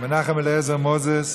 מנחם אליעזר מוזס,